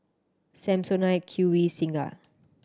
Samsonite Q V Singha